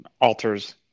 alters